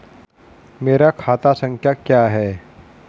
मेरा खाता संख्या क्या है?